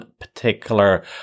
particular